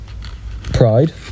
pride